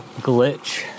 glitch